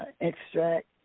Extract